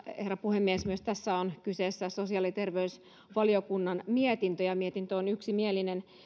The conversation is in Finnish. herra puhemies myös tässä on kyseessä sosiaali ja terveysvaliokunnan mietintö ja mietintö on yksimielinen